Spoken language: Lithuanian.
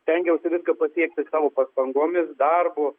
stengiausi viską pasiekti savo pastangomis darbu